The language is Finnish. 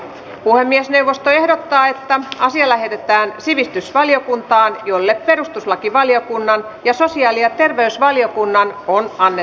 puhemiesneuvosto ehdottaa että asia lähetetään sivistysvaliokuntaan jolle perustuslakivaliokunnan ja sosiaali ja terveysvaliokunnan on aine